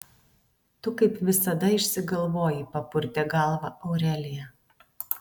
tu kaip visada išsigalvoji papurtė galvą aurelija